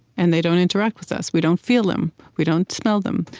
and they don't interact with us. we don't feel them. we don't smell them.